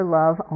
love